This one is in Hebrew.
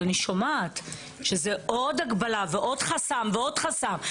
אבל אני שומעת שזה עוד הגבלה ועוד חסם ועוד חסם.